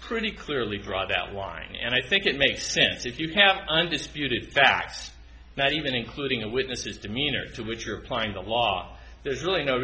pretty clearly draw that line and i think it makes sense if you have undisputed facts not even including a witness's demeanor to which you're applying the law there's really no